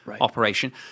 operation